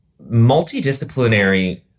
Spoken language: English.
multidisciplinary